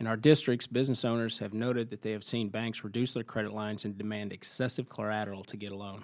in our districts business owners have noted that they have seen banks reduce their credit lines and demand excessive clear at all to get a loan